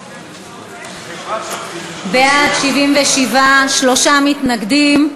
בעד, 77, שלושה מתנגדים.